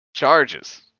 Charges